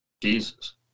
Jesus